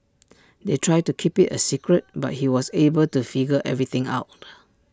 they tried to keep IT A secret but he was able to figure everything out